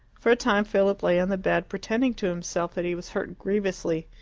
for a time philip lay on the bed, pretending to himself that he was hurt grievously.